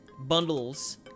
bundles